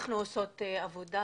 אנחנו עושות עבודה,